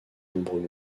nombreux